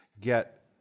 get